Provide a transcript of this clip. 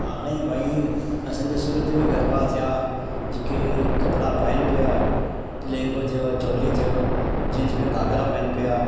हाणे भाई असांजे सूरत में गरबा थिया जेके कपिड़ा पाइनि पिया लहिंगो थियो चोली थियो जेंट्स में घाघरा पाइनि पिया